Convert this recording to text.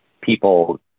people